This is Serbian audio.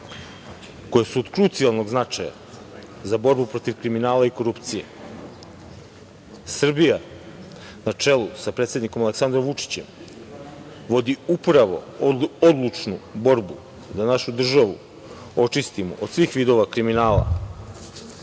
koje su od krucijalnog značaja za borbu protiv kriminala i korupcije. Srbija, na čelu sa predsednikom Aleksandrom Vučićem, vodi upravo odlučnu borbu da našu državu očistimo od svih vidova kriminala